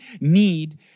need